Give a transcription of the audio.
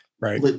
Right